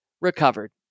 recovered